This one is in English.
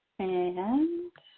and